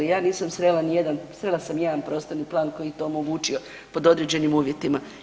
Ja nisam srela ni jedan, srela sam jedan prostorni plan koji je to omogućio pod određenim uvjetima.